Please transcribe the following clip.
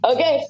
Okay